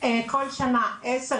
כל שנה 10,